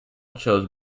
chose